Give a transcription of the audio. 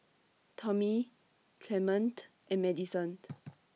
Tommy Clemente and Madison